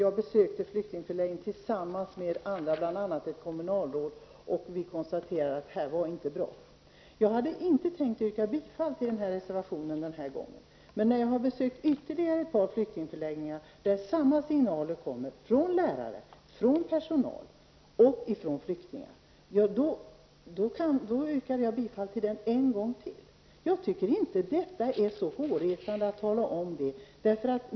Jag besökte flyktingförläggningen tillsammans med bl.a. ett kommunalråd, och vi konstaterade att det inte var bra. Jag hade inte tänkt yrka bifall till reservationen den här gången. Men efter det att jag besökt ytterligare ett par flyktingförläggningar där samma signaler kom från lärare, personal och flyktingar, yrkar jag bifall till den en gång till. Jag tycker inte att det är så hårresande att tala om det.